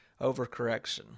overcorrection